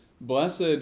Blessed